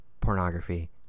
pornography